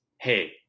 hey